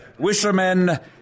wishermen